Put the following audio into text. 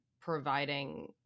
providing